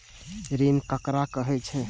ऋण ककरा कहे छै?